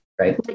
right